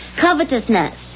Covetousness